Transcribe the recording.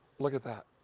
look at that.